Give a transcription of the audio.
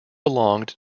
belonged